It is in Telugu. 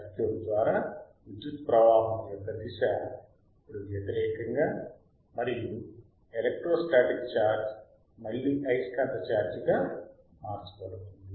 సర్క్యూట్ ద్వారా విద్యుత్ ప్రవాహం యొక్క దిశ ఇప్పుడు వ్యతిరేకం మరియు ఎలక్ట్రోస్టాటిక్ ఛార్జ్ మళ్ళీ అయస్కాంత ఛార్జ్ గా మార్చబడుతుంది